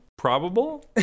Probable